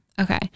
okay